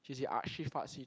she's the artsy fartsy